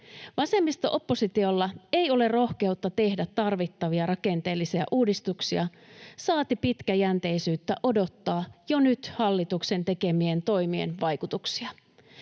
Vasemmisto-oppositiolla ei ole rohkeutta tehdä tarvittavia rakenteellisia uudistuksia, saati pitkäjänteisyyttä odottaa jo nyt hallituksen tekemien toimien vaikutuksia.